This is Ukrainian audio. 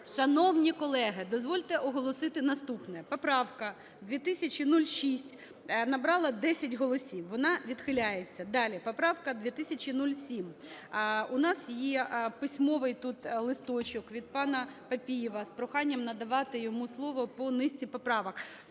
Шановні колеги, дозвольте оголосити наступне. Поправка 2006 набрала 10 голосів. Вона відхиляється. Далі поправка – 2007. У нас є письмовий тут листочок від пана Папієва з проханням надавати йому слово по низці поправок.